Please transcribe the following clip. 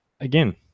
again